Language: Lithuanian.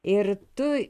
ir tu